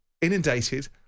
inundated